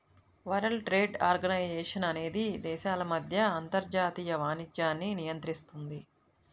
world trade organization అనేది దేశాల మధ్య అంతర్జాతీయ వాణిజ్యాన్ని నియంత్రిస్తుంది